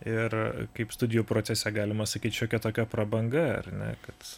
ir kaip studijų procese galima sakyt šiokia tokia prabanga ar ne kad